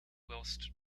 whilst